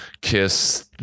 Kiss